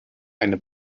eine